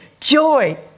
joy